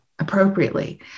appropriately